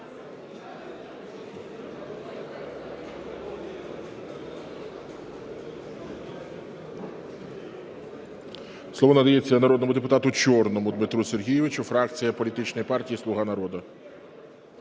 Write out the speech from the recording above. Слово надається народному депутату Чорному Дмитру Сергійовичу, фракція політичної партії "Слуга народу".